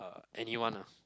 anyone lah